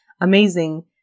amazing